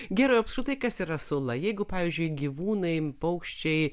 gerai o apskritai kas yra sula jeigu pavyzdžiui gyvūnai paukščiai